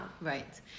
Right